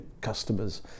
customers